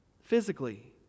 Physically